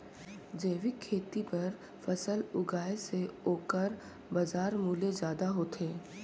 जैविक खेती बर फसल उगाए से ओकर बाजार मूल्य ज्यादा होथे